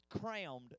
crammed